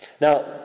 Now